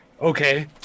Okay